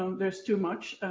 um there's too much,